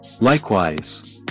likewise